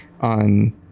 on